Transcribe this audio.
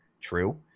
true